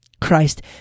Christ